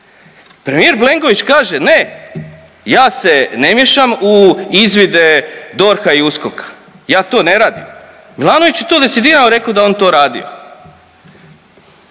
Premijer Plenković kaže ne, ja se ne miješam u izvide DORH-a i USKOK-a, ja to ne radim. Milanović je to decidirano rekao da je on to radio.